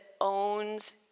owns